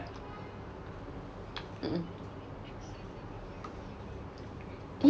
mm